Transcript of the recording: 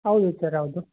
ಹೌದು ಸರ್ ಹೌದು